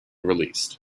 released